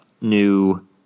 new